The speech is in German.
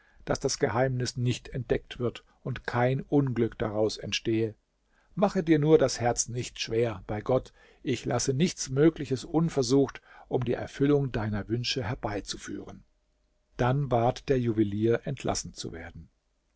daß das geheimnis nicht entdeckt wird und kein unglück daraus entstehe mache dir nur das herz nicht schwer bei gott ich lasse nichts mögliches unversucht um die erfüllung deiner wünsche herbeizuführen dann bat der juwelier entlassen zu werden